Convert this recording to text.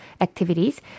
activities